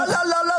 לא, לא, לא.